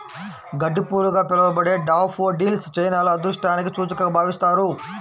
గడ్డిపూలుగా పిలవబడే డాఫోడిల్స్ చైనాలో అదృష్టానికి సూచికగా భావిస్తారు